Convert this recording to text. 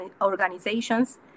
organizations